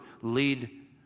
lead